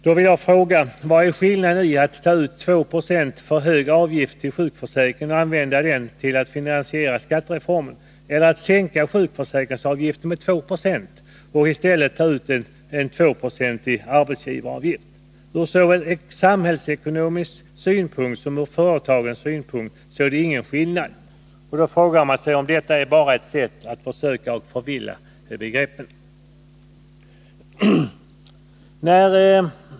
Jag vill då fråga Knut Wachtmeister: Vari ligger skillnaden mellan att ta ut 2 90 för hög avgift till sjukförsäkringen och använda dessa medel till att finansiera skattereformen eller att sänka sjukförsäkringsavgiften med 2 96 och i stället ta ut en 2-procentig arbetsgivaravgift? Varken ur samhällsekonomisk synpunkt eller ur företagens synpunkt är det någon skillnad. Man frågar sig om detta bara är ett sätt att förvilla begreppen.